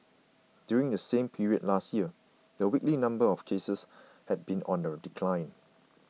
during the same period last year the weekly number of cases had been under decline